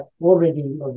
already